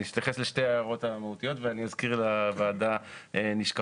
אני אתייחס לשתי ההערות המהותיות ואני אזכיר לוועדה נשכחות.